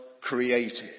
created